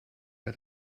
bei